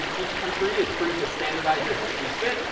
um each country is free to standardize as it sees fit.